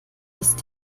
ist